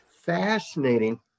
fascinating